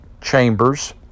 Chambers